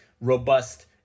robust